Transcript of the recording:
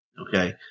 Okay